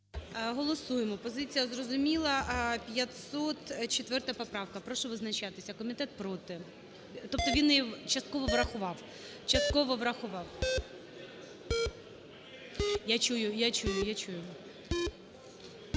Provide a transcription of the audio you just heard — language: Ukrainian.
Голосуємо. Позиція зрозуміла. 504 поправка. Прошу визначатися. Комітет – проти. Тобто він її частково врахував. Частково